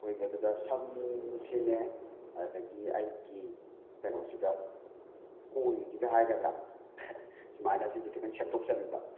ꯑꯩꯈꯣꯏ ꯑꯗꯨꯗ ꯁꯝꯁꯤꯅꯦ ꯑꯗꯒꯤ ꯑꯩꯒꯤ ꯀꯩꯅꯣꯁꯤꯒ ꯀꯣꯏꯁꯤꯒ ꯍꯥꯏꯒꯗ꯭ꯔꯥ ꯁꯨꯃꯥꯏꯅ ꯁꯤꯁꯦ ꯈꯤꯇꯪ ꯁꯦꯝꯗꯣꯛꯆꯅꯤꯡꯕ